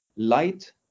light